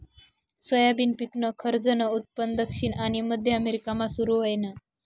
soybean पिकनं खरंजनं उत्पन्न दक्षिण आनी मध्य अमेरिकामा सुरू व्हयनं